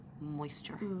moisture